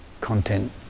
content